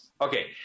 Okay